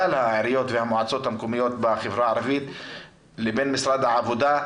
העיריות והמועצות המקומיות בחברה הערבית לבין משרד העבודה.